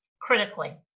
critically